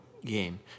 game